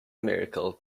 miracle